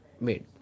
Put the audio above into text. Made